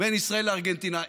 בין ישראל לארגנטינה.